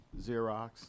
Xerox